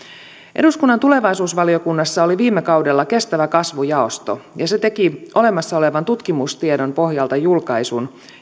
eduskunnan tulevaisuusvaliokunnassa oli viime kaudella kestävä kasvu jaosto ja se teki olemassa olevan tutkimustiedon pohjalta julkaisun